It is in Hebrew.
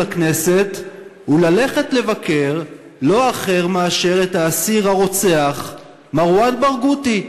הכנסת הוא ללכת לבקר לא אחר מאשר האסיר הרוצח מרואן ברגותי.